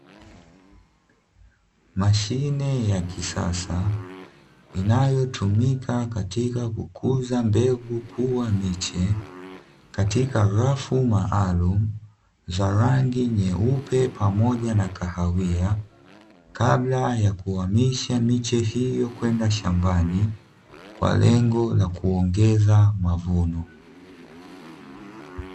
Mashine ya kisasa inayotumika katika kukuza mbegu kuwa miche, katika rafu maalumu za rangi nyeupe pamoja na kahawia kabla ya kuhamisha miche hiyo kwenda shambani, kwa lengo la kuongeza mavuno.